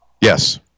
Yes